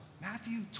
Matthew